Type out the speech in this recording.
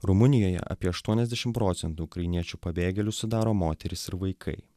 rumunijoje apie aštuoniasdešim procentų ukrainiečių pabėgėlių sudaro moterys ir vaikai